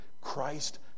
Christ